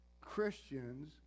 christians